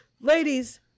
Ladies